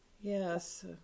Yes